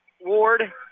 Ward